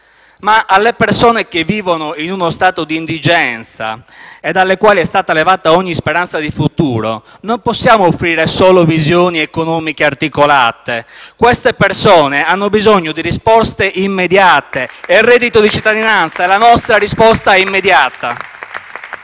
Ma alle persone che vivono in uno stato di indigenza e alle quali è stata levata ogni speranza di futuro non possiamo offrire solo visioni economiche articolate. Queste persone hanno bisogno di risposte immediate. *(Applausi dal Gruppo M5S)*. E il reddito di cittadinanza è la nostra risposta immediata.